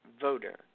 voter